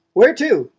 where to?